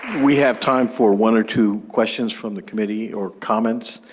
we have time for one or two questions from the committee or comments.